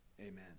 Amen